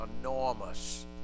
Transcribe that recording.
Enormous